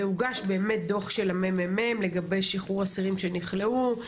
והוגש באמת דו"ח של הממ"מ לגבי שחרור אסירים שנכלאו.